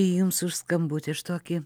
jums už skambutį už tokį